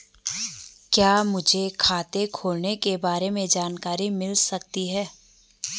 क्या मुझे खाते खोलने के बारे में जानकारी मिल सकती है?